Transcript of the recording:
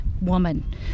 woman